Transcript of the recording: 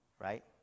right